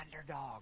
underdog